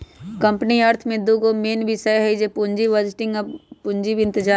company अर्थ में दूगो मेन विषय हइ पुजी बजटिंग आ पूजी इतजाम